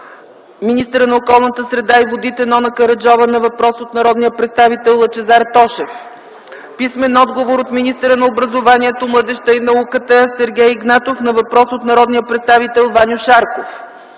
министъра на околната среда и водите Нона Караджова на въпрос от народния представител Лъчезар Тошев. Писмен отговор от министъра на образованието, младежта и науката Сергей Игнатов на въпрос от народния представител Ваньо Шарков.